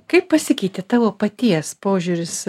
kaip pasikeitė tavo paties požiūris